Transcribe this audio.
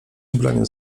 ubraniu